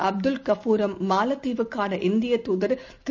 அப்துல் கஃபூரும் மாலத்தீவுக்கான இந்தியதூதர் திரு